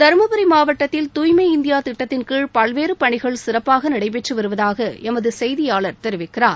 தருமபுரி மாவட்டத்தில் தூய்மை இந்தியா திட்டத்தின்கீழ் பல்வேறு பணிகள் சிறப்பாக நடைபெற்று வருவதாக எமது செய்தியாளர் தெரிவிக்கிறார்